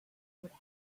would